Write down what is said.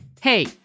Hey